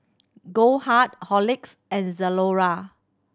Goldheart Horlicks and Zalora